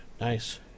Nice